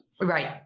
Right